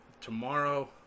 tomorrow